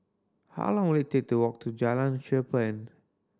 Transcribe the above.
how long will it take to walk to Jalan Cherpen